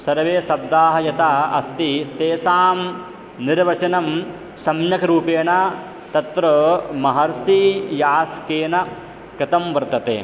सर्वे शब्दाः यथा अस्ति तेषां निर्वचनं सम्यक् रूपेण तत्र महर्षि यास्केन कृतं वर्तते